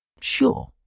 Sure